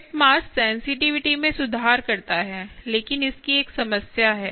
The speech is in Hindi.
टिप मास सेंसिटिविटी में सुधार करता है लेकिन इसकी एक समस्या है